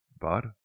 But—